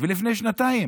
ולפני שנתיים.